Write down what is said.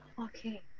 Okay